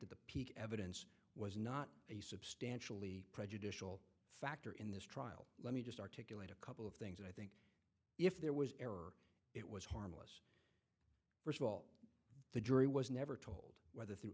that the peak evidence was not a substantially prejudicial factor in this trial let me just articulate a couple of things that i think if there was error it was harmless first of all the jury was never told